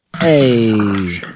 Hey